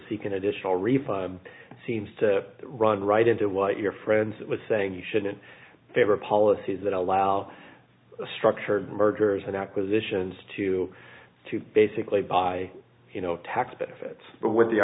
seek an additional refund seems to run right into what your friends that was saying you shouldn't favor policies that allow structured mergers and acquisitions to to basically buy tax benefits but what the